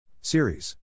Series